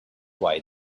why